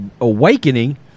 awakening